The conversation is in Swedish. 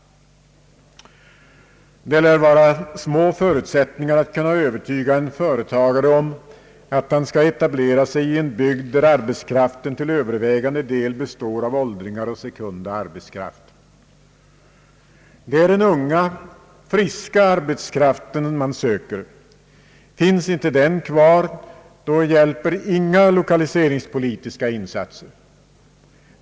Det lär vara små förutsättningar att övertyga en företagare om att han skall etablera sig i en bygd, där arbetskraften till övervägande del består av åldringar och sekunda arbetskraft. Det är den unga, friska arbetskraften som söks. Finns inte den kvar, hjälper inga lokaliseringspolitiska insatser.